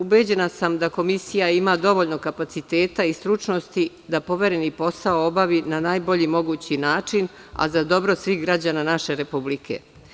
Ubeđena sam da Komisija ima dovoljnog kapaciteta i stručnosti da povereni posao obavi na najbolji mogući način, a za dobro svih građana naše Republike.